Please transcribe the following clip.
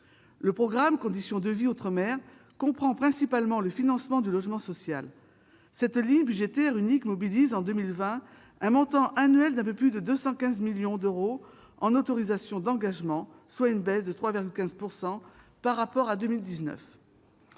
Le programme « Conditions de vie outre-mer » comprend principalement le financement du logement social. Cette ligne budgétaire unique mobilise en 2020 un peu plus de 215 millions d'euros en autorisations d'engagement, soit une baisse de 3,15 % par rapport à 2019.